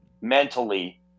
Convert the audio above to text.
mentally